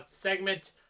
segment